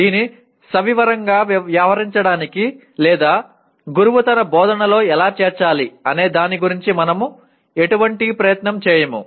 దీన్ని సవివరంగా వ్యవహరించడానికి లేదా గురువు తన బోధనలో ఎలా చేర్చాలి అనే దాని గురించి మనము ఎటువంటి ప్రయత్నం చేయము